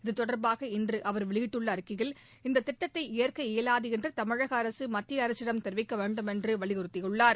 இதுதொடர்பாக இன்று அவர் வெளியிட்டுள்ள அறிக்கையில் இந்தத் திட்டத்தை ஏற்க இயலாது என்று தமிழக அரசு மத்திய அரசிடம் தெரிவிக்க வேண்டும் என்று வலியுறுத்தியுள்ளார்